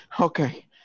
okay